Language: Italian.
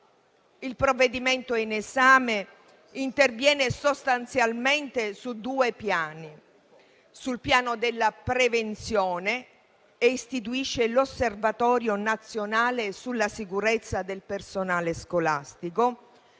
Il provvedimento in esame interviene sostanzialmente su due piani: su quello della prevenzione, istituisce l'Osservatorio nazionale sulla sicurezza del personale scolastico,